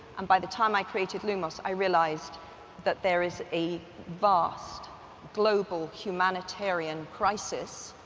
and by the time i created lumos i realized that there is a vast global humanitarian crisis